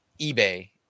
ebay